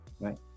right